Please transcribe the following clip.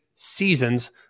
seasons